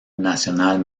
nacional